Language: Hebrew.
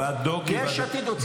יש עתיד הוציאה פוסט.